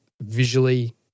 visually